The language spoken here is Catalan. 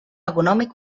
econòmic